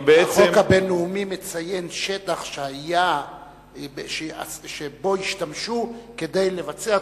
החוק הבין-לאומי מציין שטח שבו השתמשו כדי לבצע תוקפנות.